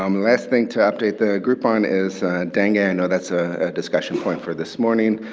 um last thing to update, the group on is dengue, i know that's a discussion point for this morning.